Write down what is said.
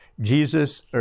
Jesus